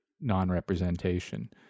non-representation